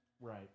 Right